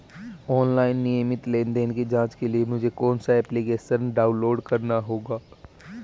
Online नियमित लेनदेन की जांच के लिए मुझे कौनसा एप्लिकेशन डाउनलोड करना होगा?